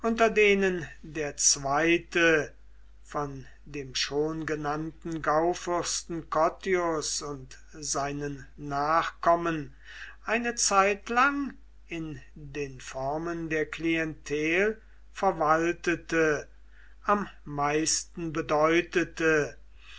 unter denen der zweite von dem schon genannten gaufürsten cottius und seinen nachkommen eine zeitlang in den formen der klientel verwaltete am meisten bedeutete